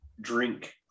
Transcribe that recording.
drink